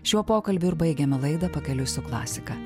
šiuo pokalbiu ir baigiame laidą pakeliui su klasika